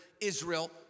Israel